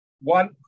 One